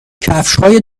کفشهای